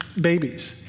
babies